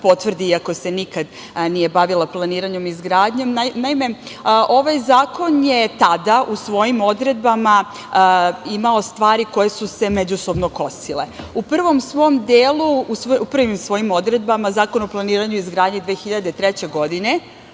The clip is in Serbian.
potvrdi iako se nikad nije bavila planiranjem i izgradnjom. Naime, ovaj zakon je tada u svojim odredbama imao stvari koje su se međusobno kosile. U prvom svom delu, u prvim svojim odredbama, Zakon o planiranju i izgradnji 2003. godine